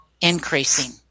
increasing